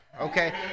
okay